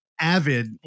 avid